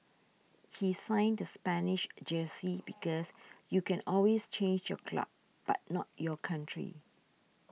he signed the Spanish jersey because you can always change your club but not your country